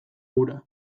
ura